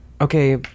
okay